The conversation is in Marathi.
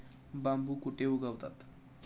बांबू कुठे उगवतात?